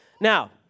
Now